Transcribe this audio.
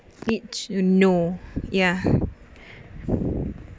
need to know ya